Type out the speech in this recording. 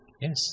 Yes